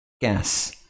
gas